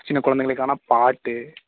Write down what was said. சின்ன குழந்தைங்களுக்கான பாட்டு